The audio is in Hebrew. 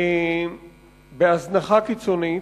בהזנחה קיצונית,